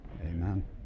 Amen